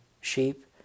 sheep